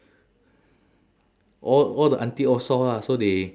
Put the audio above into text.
all all the auntie all saw lah so they